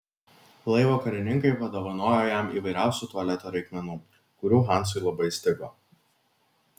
laivo karininkai padovanojo jam įvairiausių tualeto reikmenų kurių hansui labai stigo